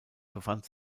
befand